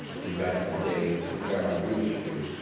and you guys have a day to prepare however you wish to.